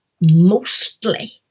mostly